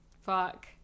Fuck